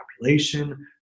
population